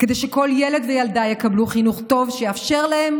כדי שכל ילד וילדה יקבלו חינוך טוב, שיאפשר להם